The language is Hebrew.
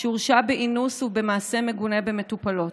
הורשע באינוס ובמעשה מגונה במטופלות.